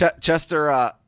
Chester